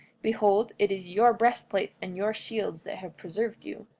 behold, it is your breastplates and your shields that have preserved you.